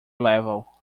level